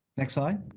next slide.